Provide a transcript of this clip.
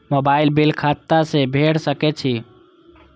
Mobile bill खाता से भेड़ सके छि?